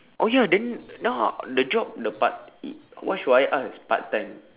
oh ya then now the job the part what should I ask part time